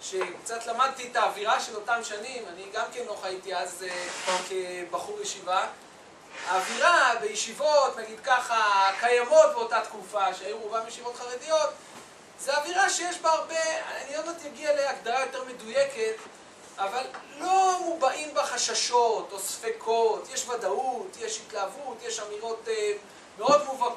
שקצת למדתי את האווירה של אותם שנים, אני גם כן לא חייתי אז כבחור ישיבה. האווירה בישיבות, נגיד ככה, קיימות באותה תקופה, שהיו רובם ישיבות חרדיות, זה אווירה שיש בה הרבה, אני עוד מעט יגיע להגדרה יותר מדויקת, אבל לא מובעים בה חששות או ספקות, יש ודאות, יש התלהבות, יש אמירות מאוד מובהקות.